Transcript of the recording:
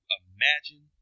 imagine